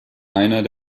einer